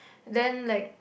then like